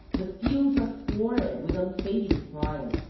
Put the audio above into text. the fields are florid with unfading prime,